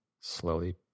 slowly